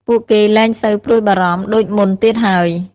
ពួកគេលែងសូវព្រួយបារម្ភដូចមុនទៀតហើយ។